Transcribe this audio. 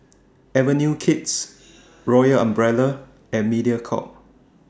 Avenue Kids Royal Umbrella and Mediacorp